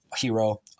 hero